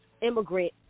immigrant